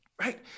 right